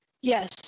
Yes